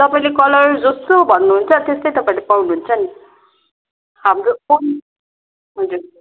तपाईँले कलर जस्तो भन्नुहुन्छ त्यस्तै तपाईँले पाउनुहुन्छ नि हाम्रो हजुर